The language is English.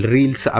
Reels